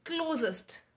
closest